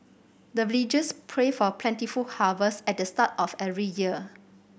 the villagers pray for plentiful harvest at the start of every year